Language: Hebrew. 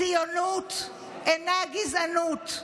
ציונות אינה גזענות.